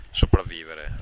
sopravvivere